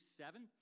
seven